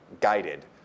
guided